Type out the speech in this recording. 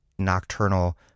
nocturnal